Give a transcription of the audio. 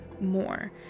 more